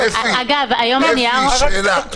אפי, שאלה: